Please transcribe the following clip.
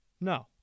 No